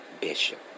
Bishop